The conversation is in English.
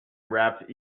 wrapped